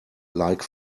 like